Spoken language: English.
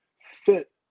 fit